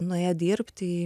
nuėjo dirbti į